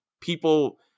people